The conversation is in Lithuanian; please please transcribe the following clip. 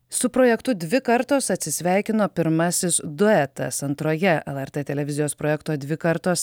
su projektu dvi kartos atsisveikino pirmasis duetas antroje lrt televizijos projekto dvi kartos